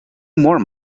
more